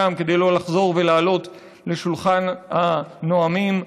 כדי לא לחזור ולעלות לשולחן הנואמים,